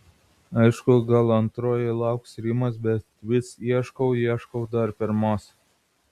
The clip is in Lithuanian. aišku gal antroji lauks rymos bet vis ieškau ieškau dar pirmos